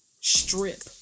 strip